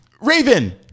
raven